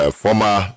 former